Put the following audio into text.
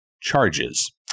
charges